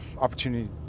opportunity